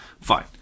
Fine